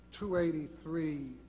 283